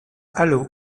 allô